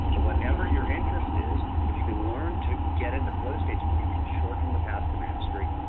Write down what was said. but whatever your interest is if you can learn to get into flow state, you can shorten the path to mastery,